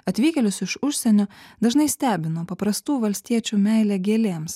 atvykėlius iš užsienio dažnai stebino paprastų valstiečių meilė gėlėms